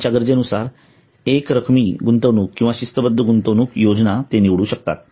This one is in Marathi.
त्यांच्या गरजेनुसार एकरकमी गुंतवणूक किंवा शिस्तबद्ध गुंतवणूक योजना निवडू शकतात